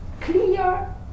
clear